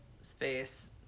space